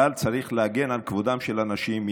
אבל צריך להגן על כבודם של אנשים.